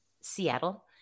Seattle